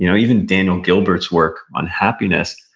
you know even daniel gilbert's work on happiness,